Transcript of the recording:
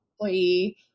employee